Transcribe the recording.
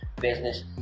business